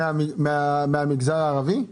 מהמגזר הערבי?